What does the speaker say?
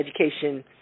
education